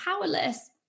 powerless